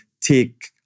take